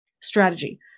strategy